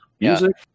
music